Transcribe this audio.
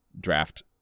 draft